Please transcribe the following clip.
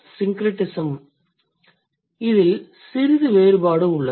case syncretismஇல் சிறிது வேறுபாடு உள்ளது